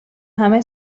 همه